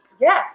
Yes